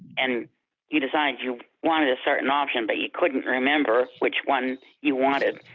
and you decide you wanted a certain option but you couldn't remember which one you wanted,